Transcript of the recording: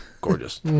gorgeous